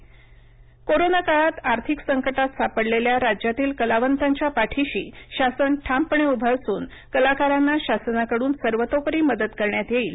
Amit Deshmukh corona काळात आर्थिक संकटात सापडलेल्या राज्यातील कलावंतांच्या पाठीशी शासन ठामपणे उभं असूनकलाकारांना शासनाकडून सर्वतोपरी मदत करण्यात येईल